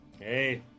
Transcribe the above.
Hey